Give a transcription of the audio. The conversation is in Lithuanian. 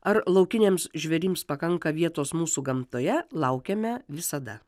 ar laukiniams žvėrims pakanka vietos mūsų gamtoje laukiame visada